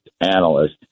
analyst